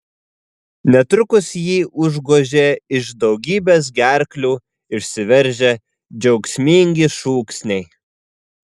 netrukus jį užgožė iš daugybės gerklių išsiveržę džiaugsmingi šūksniai